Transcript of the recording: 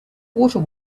water